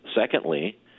secondly